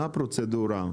מה הפרוצדורה?